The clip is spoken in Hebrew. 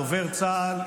דובר צה"ל,